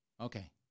Okay